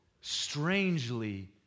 strangely